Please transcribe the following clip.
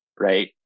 Right